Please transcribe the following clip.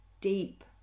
deep